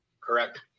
Correct